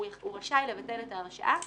הוא רשאי לבטל את ההרשאה.